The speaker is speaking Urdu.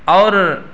اور